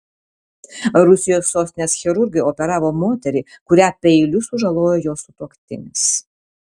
rusijos sostinės chirurgai operavo moterį kurią peiliu sužalojo jos sutuoktinis